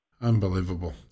Unbelievable